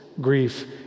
grief